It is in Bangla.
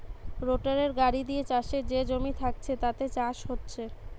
রোটাটার গাড়ি দিয়ে চাষের যে জমি থাকছে তাতে চাষ হচ্ছে